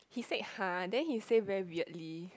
he said !huh! then he say very weirdly